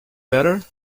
batter